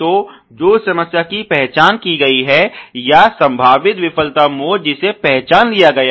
तो जो समस्या की पहचान की गई है या संभावित विफलता मोड जिसे पहचान लिया गया है